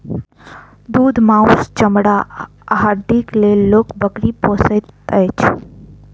दूध, मौस, चमड़ा आ हड्डीक लेल लोक बकरी पोसैत अछि